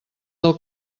del